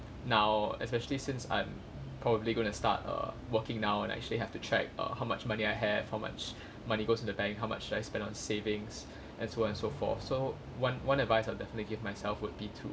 now especially since I'm probably gonna start err working now and I actually have to check uh how much money I have how much money goes to the bank how much should I spend on savings and so on and so forth so one one advice I will definitely give myself would be to